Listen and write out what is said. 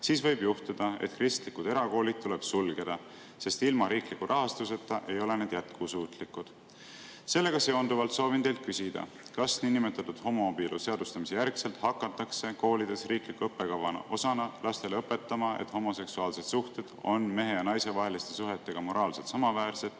siis võib juhtuda, et kristlikud erakoolid tuleb sulgeda, sest ilma riikliku rahastuseta ei ole need jätkusuutlikud. Sellega seonduvalt soovin teilt küsida, kas niinimetatud homoabielude seadustamise järgselt hakatakse koolides riikliku õppekava osana lastele õpetama, et homoseksuaalsed suhted on mehe ja naise vaheliste suhetega moraalselt samaväärsed